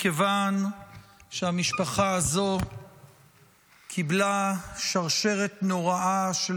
מכיוון שהמשפחה הזו קיבלה שרשרת נוראה של